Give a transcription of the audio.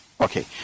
Okay